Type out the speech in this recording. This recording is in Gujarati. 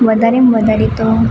વધારેમાં વધારે તો